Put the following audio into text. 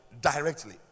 Directly